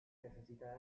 necesitaba